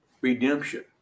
redemption